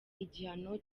igihano